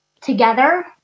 together